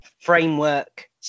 framework